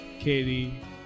Katie